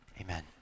Amen